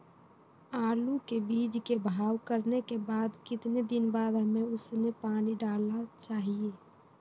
आलू के बीज के भाव करने के बाद कितने दिन बाद हमें उसने पानी डाला चाहिए?